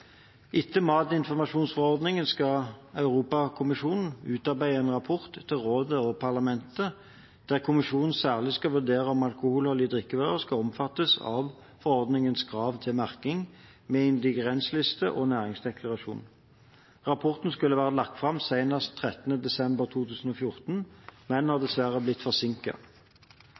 Etter matinformasjonsforordningen skal Europakommisjonen utarbeide en rapport til rådet og parlamentet der kommisjonen særlig skal vurdere om alkoholholdige drikkevarer skal omfattes av forordningens krav til merking med ingrediensliste og næringsdeklarasjon. Rapporten skulle vært lagt fram senest 13. desember 2014, men har